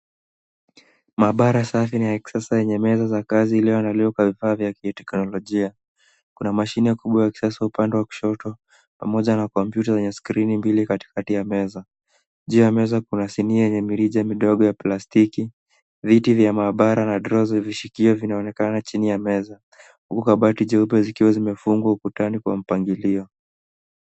Maabara safi na ya kisasa yenye meza za kazi iliyoandaliwa kwa vifaa vya kiteknolojia. Kuna mashine kubwa ya kisasa upande wa kushoto pamoja na kompyuta yenye skrini mbili katikati ya meza. Juu ya meza kuna sinia yenye mirija midogo ya plastiki, viti vya maabara na droo za vishikio vinaonekana chini ya meza. Huku kabati jeupe zikiwa zimefungwa ukutani kwa mpangilio.